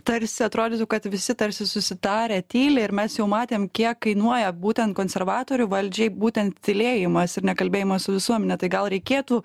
tarsi atrodytų kad visi tarsi susitarę tyli ir mes jau matėm kiek kainuoja būtent konservatorių valdžiai būtent tylėjimas ir nekalbėjimas su visuomene tai gal reikėtų